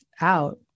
out